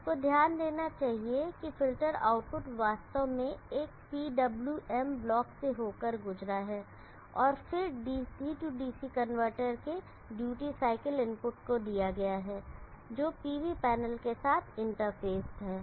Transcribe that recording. सबको ध्यान देना चाहिए कि फ़िल्टर आउटपुट वास्तव में एक पीडब्ल्यूएम ब्लॉक से होकर गुजरा है और फिर DC DC कनवर्टर के ड्यूटी साइकिल इनपुट को दिया गया है जो PV पैनल के साथ इंटर फ़ेस है